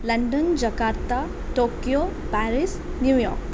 London Jakarta Tokyo Paris New York